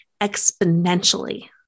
exponentially